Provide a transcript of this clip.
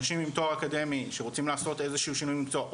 אנשים עם תואר אקדמי שרוצים לעשות איזשהו שינוי מקצוע,